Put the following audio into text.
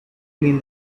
clean